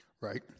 Right